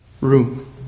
room